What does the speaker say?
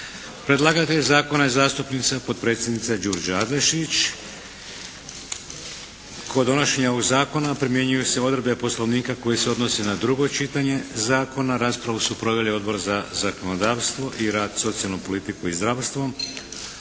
Predlagatelj zakona je zastupnica, potpredsjednica Đurđa Adlešić. Kod donošenja ovog zakona primjenjuju se odredbe Poslovnika koji se odnosi na drugo čitanje zakona. Raspravu su proveli Odbor za zakonodavstvu i rad, socijalnu politiku i zdravstvo.